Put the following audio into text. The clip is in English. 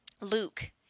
Luke